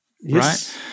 Yes